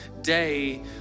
day